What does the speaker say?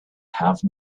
have